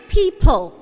people